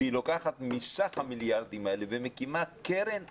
שהיא לוקחת מסך המיליארדים האלה ומקימה קרן עכשיו,